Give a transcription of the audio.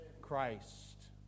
Christ